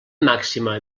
màxima